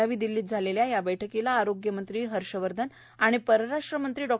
नवी दिल्लीत झालेल्या या बैठकीला आरोग्यमंत्री हर्षवर्धन आणि परराष्ट्र मंत्री डॉ